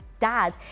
dad